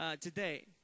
Today